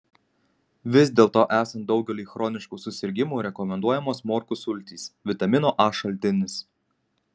vis dėlto esant daugeliui chroniškų susirgimų rekomenduojamos morkų sultys vitamino a šaltinis